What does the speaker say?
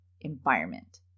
environment